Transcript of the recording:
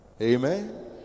amen